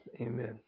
Amen